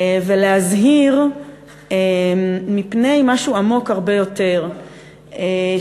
ולהזהיר מפני משהו עמוק הרבה יותר שבא